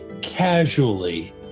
casually